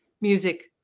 music